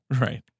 right